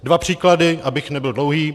Dva příklady, abych nebyl dlouhý.